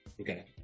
Okay